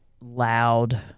loud